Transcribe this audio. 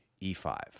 e5